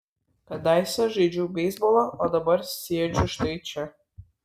kadaise žaidžiau beisbolą o dabar sėdžiu štai čia